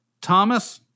Thomas